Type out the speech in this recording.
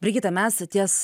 brigita mes ties